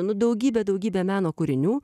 nu daugybė daugybė meno kūrinių